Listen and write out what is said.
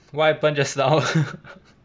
what happened just now